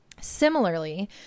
Similarly